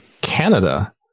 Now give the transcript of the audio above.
Canada